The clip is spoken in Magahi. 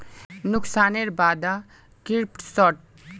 नुकसानेर बा द क्रिप्टोत निवेश करवार मन नइ छ